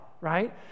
right